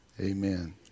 Amen